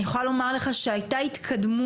אני יכולה לומר לך שהיתה התקדמות,